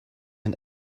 and